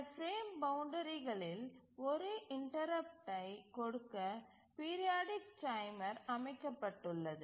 இந்த பிரேம் பவுண்ட்றிகளில் ஒரு இன்டரப்ட்டைக் கொடுக்க பீரியாடிக் டைமர் அமைக்கப்பட்டுள்ளது